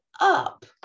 up